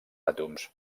àtoms